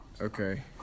Okay